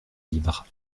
libres